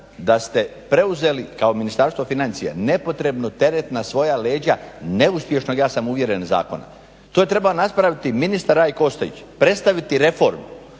da ste preuzeli kao Ministarstvo financija nepotrebno teret na svoja leđa neuspješno ja sam uvjeren zakona. To je trebao napraviti ministar Ranko Ostojić, predstaviti reforme